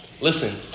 listen